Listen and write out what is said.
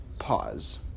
pause